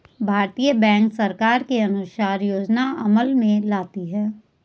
भारतीय बैंक सरकार के अनुसार योजनाएं अमल में लाती है